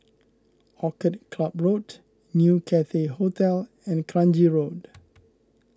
Orchid Club Road New Cathay Hotel and Kranji Road